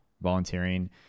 volunteering